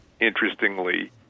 interestingly